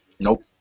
Nope